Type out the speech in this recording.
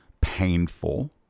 painful